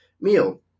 meal